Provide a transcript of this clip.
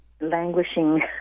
languishing